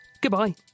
goodbye